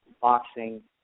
boxing